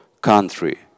country